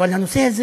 אבל הנושא הזה